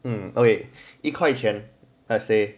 mm okay 一块钱 let's say